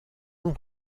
ont